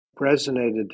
resonated